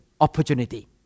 opportunity